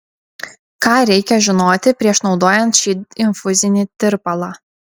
ką reikia žinoti prieš naudojant šį infuzinį tirpalą